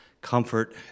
comfort